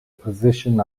position